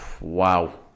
Wow